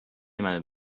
منو